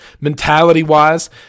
Mentality-wise